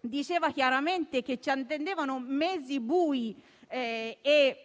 diceva chiaramente che ci attendevano mesi bui e